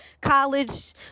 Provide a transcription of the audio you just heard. college